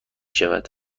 شود